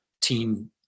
team